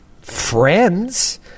friends